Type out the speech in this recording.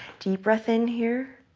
deep breath in here.